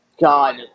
God